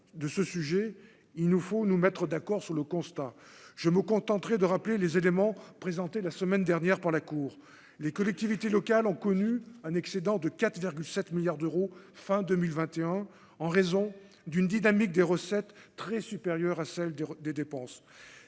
de ce sujet, il nous faut nous mettre d'accord sur le constat, je me contenterai de rappeler les éléments présentés la semaine dernière par la cour, les collectivités locales ont connu un excédent de 4 7 milliards d'euros fin 2021 en raison d'une dynamique des recettes très supérieure à celle des des dépenses,